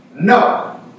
No